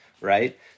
right